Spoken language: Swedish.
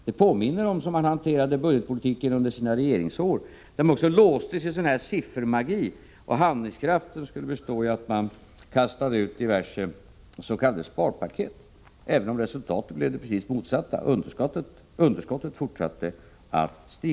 Det påminner om det sätt på vilket man hanterade budgetpolitiken under sina regeringsår. Man låste sig också då i siffermagi. Handlingskraften skulle bestå i att man kastade ut diverse s.k. sparpaket. Resultatet blev dock det precis motsatta — underskottet fortsatte att öka.